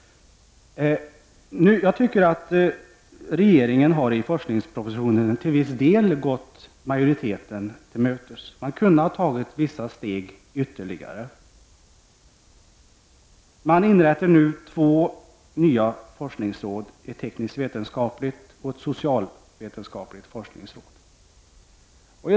Jag tycker att regeringen i forskningspropositionen till viss del har gått majoriteten till mötes. Man hade kunnat ta vissa steg ytterligare. Man inrättar nu två nya forskningsråd, ett tekniskt-vetenskapligt och ett socialvetenskapligt.